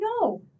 no